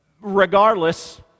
regardless